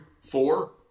Four